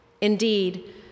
Indeed